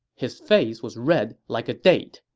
his face was red like a date,